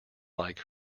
like